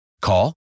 Call